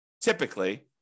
typically